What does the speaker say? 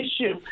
issue